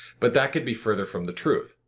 but that could be further from the truth.